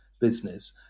business